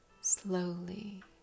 slowly